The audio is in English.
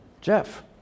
Jeff